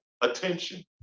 attention